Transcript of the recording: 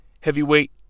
Heavyweight